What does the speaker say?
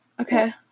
Okay